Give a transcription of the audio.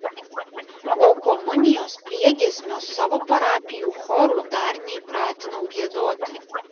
o komunijos priegiesmio savo parapijų chorų dar neįpratinau giedoti